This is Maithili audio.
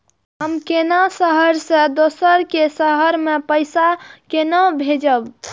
हम केना शहर से दोसर के शहर मैं पैसा केना भेजव?